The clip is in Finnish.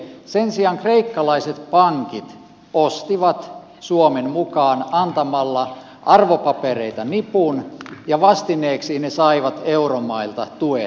sen sijaan kreikkalaiset pankit ostivat suomen mukaan antamalla arvopapereita nipun ja vastineeksi ne saivat euromailta tuen